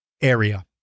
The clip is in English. area